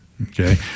Okay